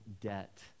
debt